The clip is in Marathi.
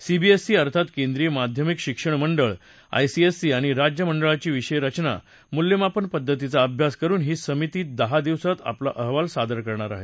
सीबीएससी अर्थात केंद्रीय माध्यमिक शिक्षण मछ्ळ आयसीएसई आणि राज्य मछ्ळाची विषय रचना मूल्यमापन पद्धतीचा अभ्यास करुन ही समिती दहा दिवसात अहवाल सादर करणार आहे